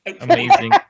amazing